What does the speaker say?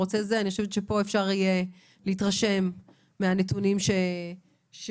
אני חושבת שפה אפשר יהיה להתרשם מהנתונים שיוצגו.